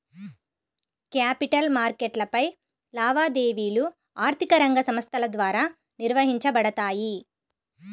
capital మార్కెట్లపై లావాదేవీలు ఆర్థిక రంగ సంస్థల ద్వారా నిర్వహించబడతాయి